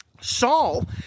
Saul